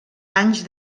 anys